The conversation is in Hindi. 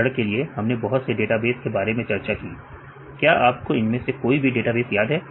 उदाहरण के लिए हमने बहुत से डेटाबेस के बारे में चर्चा की क्या आपको इनमें से कोई भी डेटाबेस याद है